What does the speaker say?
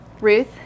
ruth